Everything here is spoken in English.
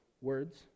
words